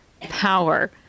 power